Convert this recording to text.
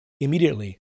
immediately